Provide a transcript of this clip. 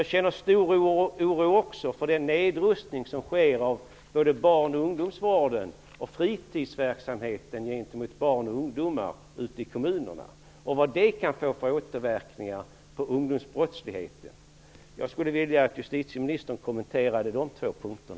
Jag känner också stor oro för den nedrustning som sker inom barn och ungdomsvården och fritidsverksamheten för barn och ungdomar ute i kommunerna. Jag är orolig för vad det kan få för återverkningar på ungdomsbrottsligheten. Jag skulle vilja att justitieministern kommenterade dessa punkter.